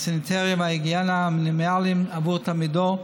הסניטריה וההיגיינה המינימליים עבור תלמידו,